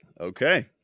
Okay